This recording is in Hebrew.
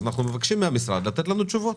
אנחנו מבקשים מהמשרד לתת לנו תשובות.